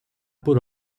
por